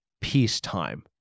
peacetime